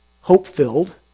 hope-filled